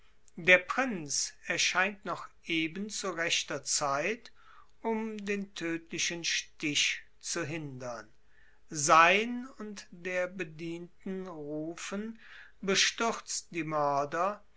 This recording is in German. der prinz erscheint noch eben zu rechter zeit um den tödlichen stich zu hindern sein und der bedienten rufen bestürzt die mörder